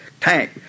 tank